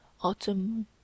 autumn